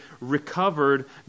recovered